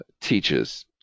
teaches